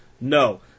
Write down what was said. no